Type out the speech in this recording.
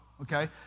Okay